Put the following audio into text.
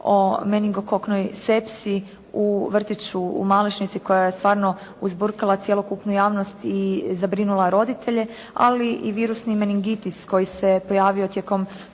o meningokoknoj sepsi u vrtiću u Malešnici koja je stvarno uzburkala cjelokupnu javnost i zabrinula roditelje, ali i virusni meningitis koji se pojavio tijekom